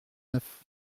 neuf